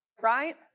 right